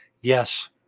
Yes